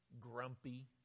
grumpy